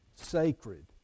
sacred